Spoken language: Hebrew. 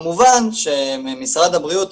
כמובן שמשרד הבריאות,